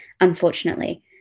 unfortunately